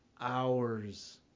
hours